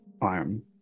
arm